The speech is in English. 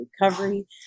recovery